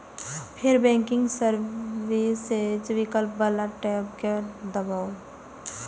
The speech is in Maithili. फेर बैंकिंग सर्विसेज विकल्प बला टैब कें दबाउ